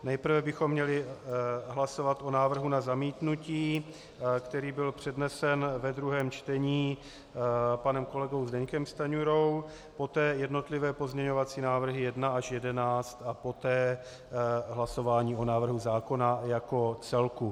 Nejprve bychom měli hlasovat o návrhu na zamítnutí, který byl přednesen ve druhém čtení panem kolegou Zbyňkem Stanjurou, poté jednotlivé pozměňovací návrhy 1 až 11 a poté hlasování o návrhu zákona jako celku.